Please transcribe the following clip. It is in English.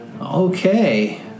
Okay